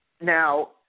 Now